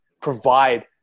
provide